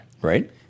Right